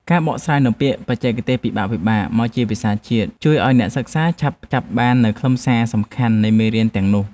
ការបកស្រាយនូវពាក្យបច្ចេកទេសពិបាកៗមកជាភាសាជាតិជួយឱ្យអ្នកសិក្សាឆាប់ចាប់បាននូវខ្លឹមសារសំខាន់នៃមេរៀនទាំងនោះ។